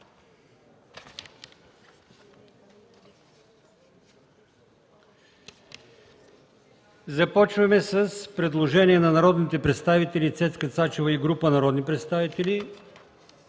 чл. 65 – предложение от народните представители Цецка Цачева и група народни представители,